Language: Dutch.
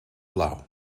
blauw